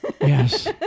Yes